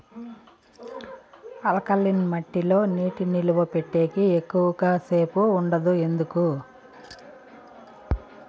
alkaline మట్టి లో నీటి నిలువ పెట్టేకి ఎక్కువగా సేపు ఉండదు ఎందుకు